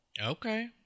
okay